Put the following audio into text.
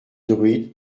druides